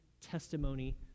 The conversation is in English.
testimony